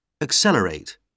Accelerate